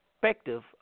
Perspective